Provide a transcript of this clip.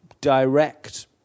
direct